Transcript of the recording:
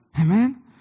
Amen